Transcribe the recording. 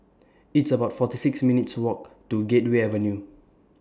It's about forty six minutes' Walk to Gateway Avenue